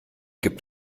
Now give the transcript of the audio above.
gibt